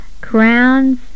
crowns